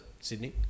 Sydney